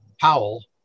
Powell